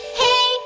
hey